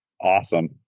Awesome